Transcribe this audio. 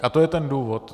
A to je ten důvod.